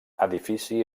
edifici